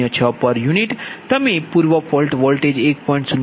તમે પૂર્વ fault voltage 1